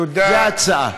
זו ההצעה.